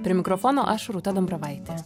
prie mikrofono aš rūta dambravaitė